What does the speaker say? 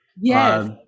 Yes